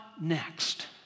next